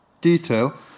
detail